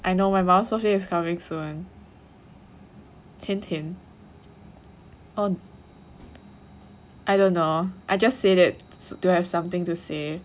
I know my mum's birthday is coming soon hint hint um I don't know I just said it st~ so have something to say